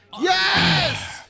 Yes